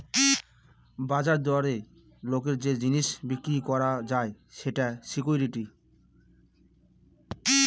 বাজার দরে লোকের যে জিনিস বিক্রি করা যায় সেটা সিকুইরিটি